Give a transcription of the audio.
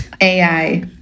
AI